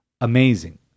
Amazing